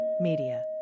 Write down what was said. Media